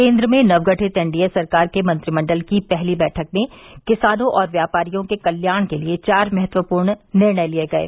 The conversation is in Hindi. केन्द्र में नवगठित एनडीए सरकार के मंत्रिमंडल की पहली बैठक में किसानों और व्यापारियों के कल्याण के लिए चार महत्वपूर्ण निर्णय लिये गये